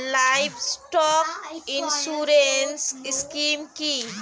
Livestock insurance scheme কি?